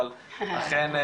אבל אכן,